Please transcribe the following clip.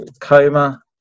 coma